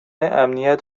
امنیت